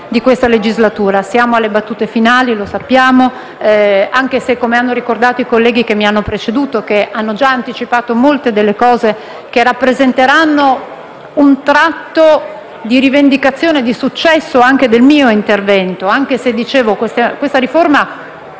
Siamo alle battute finali, lo sappiamo, anche se, come hanno ricordato i colleghi che mi hanno preceduto e che hanno già anticipato molte delle cose che rappresenteranno un tratto di rivendicazione e di successo anche del mio intervento, questa riforma